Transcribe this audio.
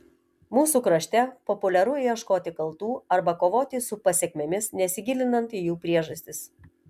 mūsų krašte populiaru ieškoti kaltų arba kovoti su pasekmėmis nesigilinant į jų priežastis